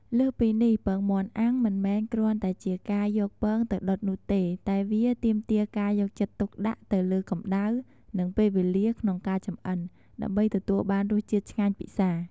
លើសពីនេះ ពងមាន់អាំង មិនមែនគ្រាន់តែជាការយកពងទៅដុតនោះទេ តែវាទាមទារការយកចិត្តទុកដាក់ទៅលើកម្តៅ និងពេលវេលាក្នុងការចម្អិន ដើម្បីទទួលបានរសជាតិឆ្ងាញ់ពិសារ។